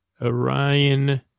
Orion